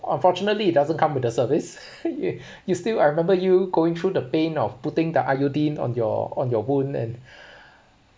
unfortunately it doesn't come with the service you you still I remember you going through the pain of putting the iodine on your on your bone and